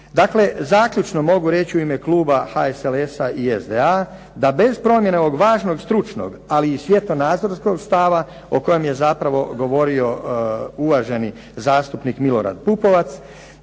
Dakle, zaključno mogu reći u ime kluba HSLS-a i SDA da bez promjene ovog važnog stručnog, ali i svjetonazorskog stava, o kojem je zapravo govorio uvaženi zastupnik Milorad Pupovac,